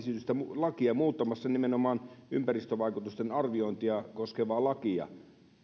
lakia muuttamassa nimenomaan ympäristövaikutusten arviointia koskevaa lakia